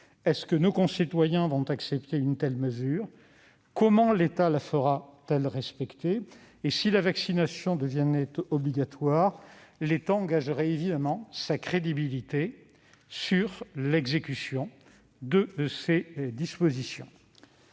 possible ? Nos concitoyens accepteront-ils une telle mesure ? Comment l'État la fera-t-il respecter ? Si la vaccination devenait obligatoire, l'État engagerait évidemment sa crédibilité sur l'exécution de ces dispositions.